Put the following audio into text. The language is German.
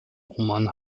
roman